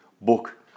Book